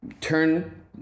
turn